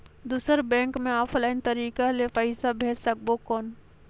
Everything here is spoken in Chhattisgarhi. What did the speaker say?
दुसर बैंक मे ऑफलाइन तरीका से पइसा भेज सकबो कौन?